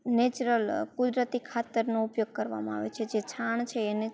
natural કુદરતી ખાતરનો ઉપયોગ કરવામાં આવે છે જે છાણ છે એને